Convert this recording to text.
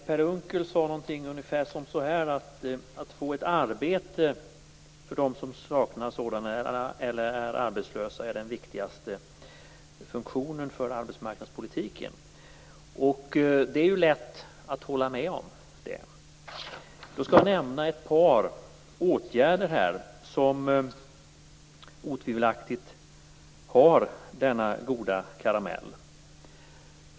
Fru talman! Per Unckel sade att arbetsmarknadspolitikens viktigaste funktion är att se till så att de som saknar ett arbete kan få ett. Det är lätt att hålla med om. Jag skall nämna ett par åtgärder som otvivelaktigt motsvarar denna goda karamell.